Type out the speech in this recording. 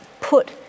put